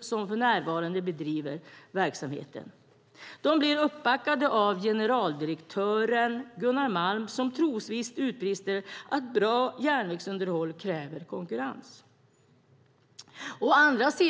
som för närvarande bedriver verksamheten. De blir uppbackade av generaldirektören Gunnar Malm som trosvisst utbrister att bra järnvägsunderhåll kräver konkurrens.